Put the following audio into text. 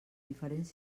diferents